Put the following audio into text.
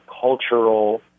cultural